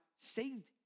saved